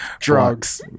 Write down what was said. Drugs